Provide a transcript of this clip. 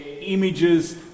images